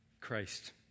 Christ